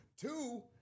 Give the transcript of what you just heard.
Two